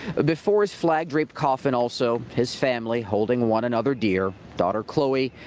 before his flag draped coffin also, his family holding one another dear. daughter khloe,